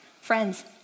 friends